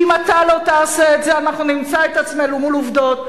כי אם אתה לא תעשה את זה אנחנו נמצא את עצמנו מול עובדות,